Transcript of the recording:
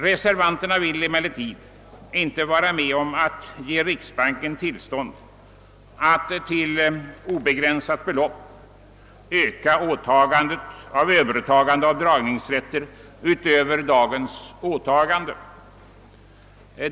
Reservanterna vill emellertid inte vara med om att ge riksbanken tillstånd att till obegränsat belopp öka åtagandet beträffande dragningsrätter utöver dagens åtagande.